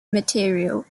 material